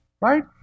Right